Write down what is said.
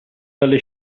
dalle